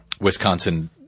Wisconsin